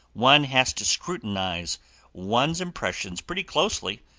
one has to scrutinize one's impressions pretty closely,